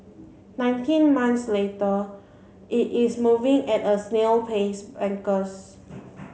nineteen months later it is moving at a snail pace bankers